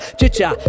Chicha